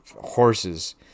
horses